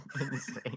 insane